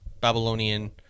Babylonian